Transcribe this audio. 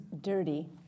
dirty